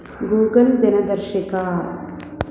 Google दिनदर्शिका